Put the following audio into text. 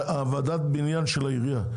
ועדת הבניין של העירייה.